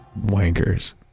wankers